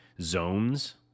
zones